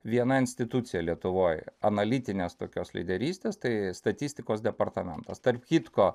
viena institucija lietuvoj analitinės tokios lyderystės tai statistikos departamentas tarp kitko